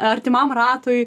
artimam ratui